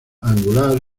angular